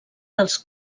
dels